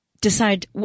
decide